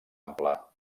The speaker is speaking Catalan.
ample